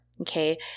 okay